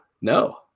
no